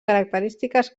característiques